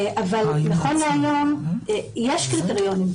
אבל נכון להיום יש קריטריונים.